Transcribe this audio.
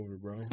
bro